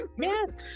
Yes